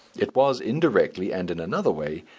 it was indirectly, and in another way,